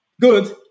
good